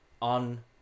On